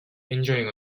injuring